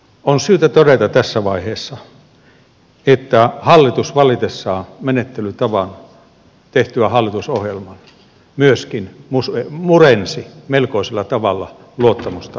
on syytä todeta tässä vaiheessa että hallitus valitessaan menettelytavan tehtyään hallitusohjelman myöskin murensi melkoisella tavalla luottamusta ja yhteistyötä